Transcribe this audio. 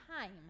time